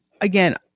again